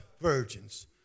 virgins